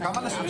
ונתחדשה בשעה